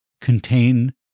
contain